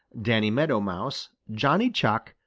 danny meadow mouse, johnny chuck,